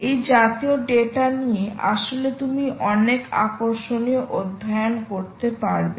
এই জাতীয় ডেটা নিয়ে আসলে তুমি অনেক আকর্ষণীয় অধ্যয়ন করতে পারেন